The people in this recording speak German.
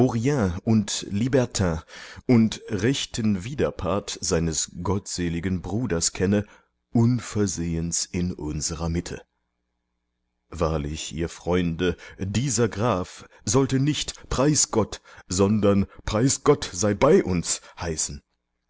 und libertin und rechten widerpart seines gottseligen bruders kenne unversehens in unserer mitte wahrlich ihr freunde dieser graf sollte nicht preisgott sondern preisgottseibeiuns heißen